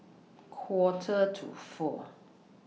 Quarter to four